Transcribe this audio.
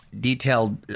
detailed